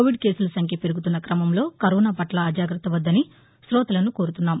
Covid కేసుల సంఖ్య పెరుగుతున్న క్రమంలో కరోనాపట్ల అజాగ్రత్త వద్దని కోతలను కోరుతున్నాము